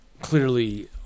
clearly